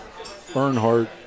Earnhardt